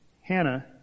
Hannah